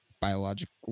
biological